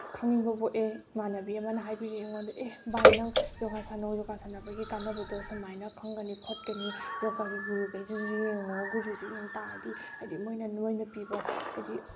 ꯈꯪꯅꯤꯡꯕ ꯄꯣꯛꯑꯦ ꯏꯃꯥꯟꯅꯕꯤ ꯑꯃꯅ ꯍꯥꯏꯕꯤꯔꯛꯑꯦ ꯑꯩꯉꯣꯟꯗ ꯑꯦ ꯚꯥꯏ ꯅꯪ ꯌꯣꯒꯥ ꯁꯥꯟꯅꯧ ꯌꯣꯒꯥ ꯁꯥꯟꯅꯕꯒꯤ ꯀꯥꯟꯅꯕꯗꯣ ꯁꯨꯃꯥꯏꯅ ꯈꯪꯒꯅꯤ ꯈꯣꯠꯀꯅꯤ ꯌꯣꯒꯥꯒꯤ ꯒꯨꯔꯨꯈꯩꯗꯨꯁꯨ ꯌꯦꯡꯉꯣ ꯒꯨꯔꯨꯁꯦ ꯌꯦꯡ ꯇꯥꯔꯗꯤ ꯍꯥꯏꯗꯤ ꯃꯣꯏꯅ ꯅꯣꯏꯅ ꯄꯤꯕ ꯍꯥꯏꯗꯤ